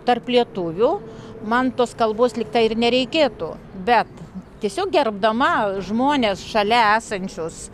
tarp lietuvių man tos kalbos lygtai ir nereikėtų bet tiesiog gerbdama žmones šalia esančius